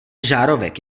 žárovek